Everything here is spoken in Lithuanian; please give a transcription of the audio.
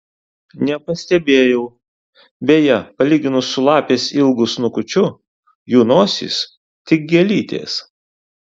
nepastebėjau beje palyginus su lapės ilgu snukučiu jų nosys tik gėlytės